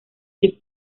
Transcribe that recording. the